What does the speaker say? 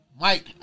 Mike